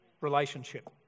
relationship